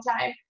time